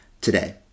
today